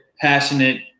passionate